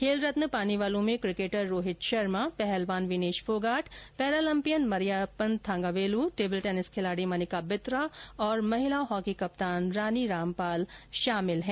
खेल रत्न पाने वालों में क्रिकेटर रोहित शर्मा पहलवान Vinesh Phogat Paralympian Mariyappan Thangavelu table tennis खिलाड़ी मनिका बत्रा और महिला हॉकी कप्तान रानी रामपाल शामिल हैं